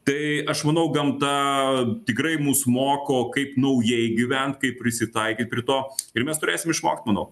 tai aš manau gamta tikrai mus moko kaip naujai gyvent kaip prisitaikyt prie to ir mes turėsim išmokt manau